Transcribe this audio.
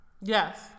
Yes